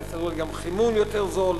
אולי יסדרו לי גם חימום יותר זול.